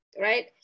right